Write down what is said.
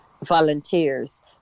volunteers